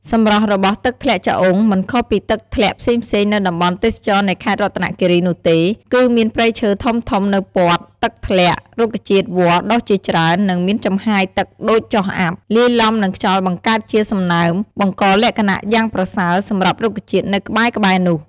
សម្រស់របស់ទឹកធ្លាក់ចាអុង មិនខុសពីទឹកធ្លាក់ផ្សេងៗនៅតំបន់ទេសចណ៍នៃខេត្តរតនគិរីនោះទេ គឺមានព្រៃឈើធំៗនៅព័ទ្ធទឹកធ្លាក់ រុក្ខជាតិវល្លិ៍ដុះជាច្រើន និងមានចំហាយទឹកដូចចុះអាប់ លាយឡំនឹងខ្យល់បង្កើតជាសំណើម បង្កលក្ខណៈយ៉ាងប្រសើរសម្រាប់រុក្ខជាតិនៅក្បែរៗនោះ។